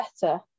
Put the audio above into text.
better